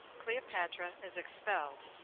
cleopatra is expelled.